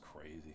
crazy